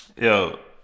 yo